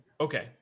okay